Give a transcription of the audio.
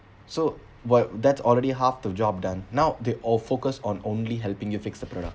so while that already half the job done now they all focus on only helping you fix the product